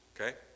Okay